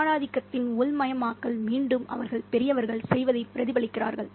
ஆணாதிக்கத்தின் உள்மயமாக்கல் மீண்டும் அவர்கள் பெரியவர்கள் செய்வதைப் பிரதிபலிக்கிறார்கள்